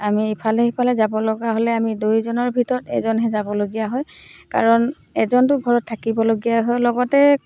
আমি ইফালে সিফালে যাব লগা হ'লে আমি দুয়োজনৰ ভিতৰত এজনহে যাবলগীয়া হয় কাৰণ এজনটো ঘৰত থাকিবলগীয়া হয় লগতে